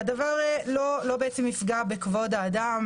והדבר לא בעצם יפגע בכבוד האדם,